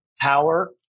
power